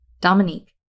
Dominique